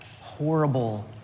horrible